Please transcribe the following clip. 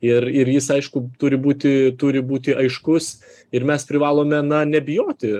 ir ir jis aišku turi būti turi būti aiškus ir mes privalome na nebijoti